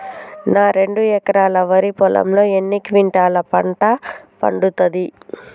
నా రెండు ఎకరాల వరి పొలంలో ఎన్ని క్వింటాలా పంట పండుతది?